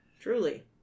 Truly